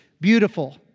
beautiful